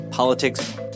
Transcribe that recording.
Politics